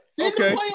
Okay